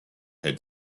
had